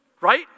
right